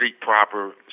proper